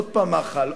עוד פעם מח"ל,